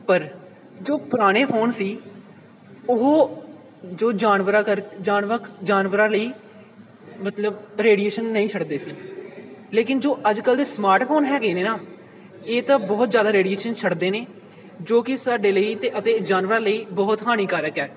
ਪਰ ਜੋ ਪੁਰਾਣੇ ਫੋਨ ਸੀ ਉਹ ਜੋ ਜਾਨਵਰਾਂ ਕਰ ਜਾਨਵਰ ਜਾਨਵਰਾਂ ਲਈ ਮਤਲਬ ਰੇਡੀਏਸ਼ਨ ਨਹੀਂ ਛੱਡਦੇ ਸੀ ਲੇਕਿਨ ਜੋ ਅੱਜ ਕੱਲ੍ਹ ਦੇ ਸਮਾਰਟ ਫੋਨ ਹੈਗੇ ਨੇ ਨਾ ਇਹ ਤਾਂ ਬਹੁਤ ਜ਼ਿਆਦਾ ਰੇਡੀਏਸ਼ਨ ਛੱਡਦੇ ਨੇ ਜੋ ਕਿ ਸਾਡੇ ਲਈ ਤੇ ਅਤੇ ਜਾਨਵਰ ਲਈ ਬਹੁਤ ਹਾਨੀਕਾਰਕ ਹੈ